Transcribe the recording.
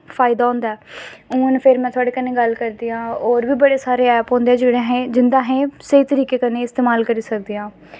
फायदा होंदा ऐ हून फिर में थोआड़े कन्नै गल्ल करदी आं होर बी बड़े सारे ऐप होंदे जिं'दा असेंगी स्हेई तरीके कन्नै इस्तेमाल करी सकदे आं